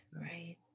Right